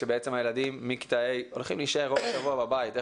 שבעצם הילדים מכיתה ה' הולכים להישאר רוב השבוע בבית,